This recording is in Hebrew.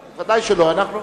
לא, ודאי שלא.